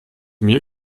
mir